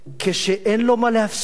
כשאין לו מה להפסיד,